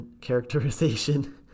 characterization